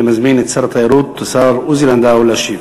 אני מזמין את שר התיירות, השר עוזי לנדאו, להשיב.